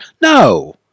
No